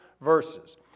verses